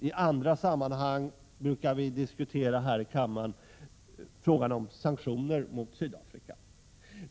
I andra sammanhang brukar vi här i kammaren diskutera frågan om sanktioner mot Sydafrika.